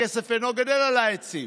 הכסף אינו גדל על העצים.